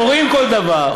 קוראים כל דבר,